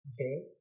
okay